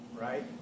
right